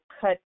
cut